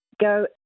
go